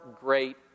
great